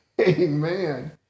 Amen